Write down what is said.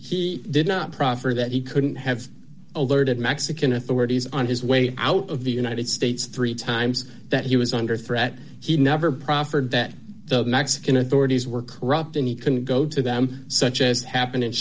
he did not proffer that he couldn't have alerted mexican authorities on his way out of the united states three times that he was under threat he never proffered that the mexican authorities were corrupt and he can go to them such as happened in